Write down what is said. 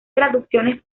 traducciones